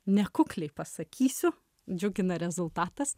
nekukliai pasakysiu džiugina rezultatas